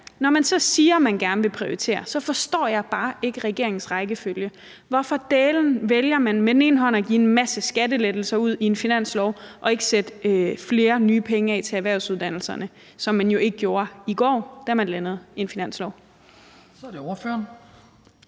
når man så siger, at man gerne vil prioritere, forstår jeg bare ikke regeringens rækkefølge. Hvorfor dælen vælger man at give en masse skattelettelser i en finanslov og ikke sætte flere nye penge af til erhvervsuddannelserne, som man jo ikke gjorde i går, da man landede en finanslov? Kl. 18:07 Den